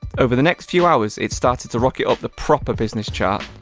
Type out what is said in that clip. over the next few hours, it started to rocket up the proper business chart.